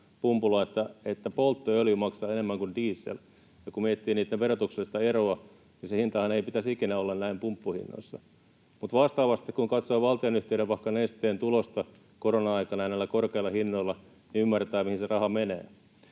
että polttoöljy maksaa enemmän kuin diesel. Kun miettii niitten verotuksellista eroa, niin se hintahan ei pitäisi ikinä olla näin pumppuhinnoissa. Mutta vastaavasti kun katsoo valtionyhtiöiden, vaikka Nesteen, tulosta korona-aikana ja näillä korkeilla hinnoilla, niin ymmärtää, mihin se raha menee.